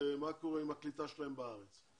ומה קורה עם הקליטה שלהם בארץ.